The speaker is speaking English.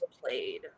played